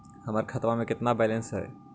हमर खतबा में केतना बैलेंस हई?